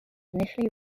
initially